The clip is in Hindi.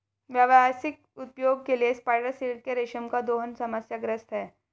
व्यावसायिक उपयोग के लिए स्पाइडर सिल्क के रेशम का दोहन समस्याग्रस्त है